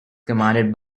commanded